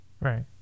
right